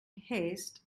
haste